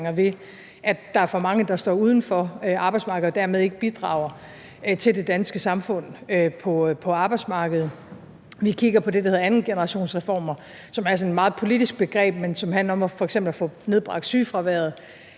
ved at der er for mange, der står uden for arbejdsmarkedet og dermed ikke bidrager til det danske samfund på arbejdsmarkedet. Vi kigger på det, der hedder andengenerationsreformer, som er sådan et meget politisk begreb, men som handler om f.eks. at få nedbragt sygefraværet,